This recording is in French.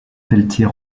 pelletier